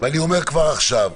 ואני אומר כבר עכשיו,